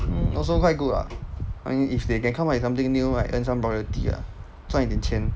mm also quite good [what] I mean if they can come up with something new right and earn some royalty ah 赚一点钱